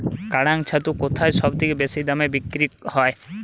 কাড়াং ছাতু কোথায় সবথেকে বেশি দামে বিক্রি হয়?